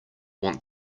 want